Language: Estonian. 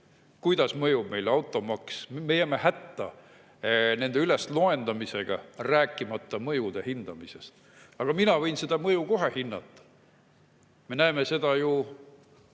kuidas mõjub meile automaks. Me jääme hätta nende loendamisega, rääkimata mõju hindamisest. Aga mina võin seda mõju kohe hinnata. Me näeme seda ju